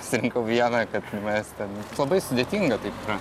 išsirinkau vieną kad manęs ten labai sudėtinga taip yra